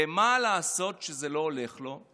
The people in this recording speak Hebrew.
ומה לעשות שזה לא הולך לו?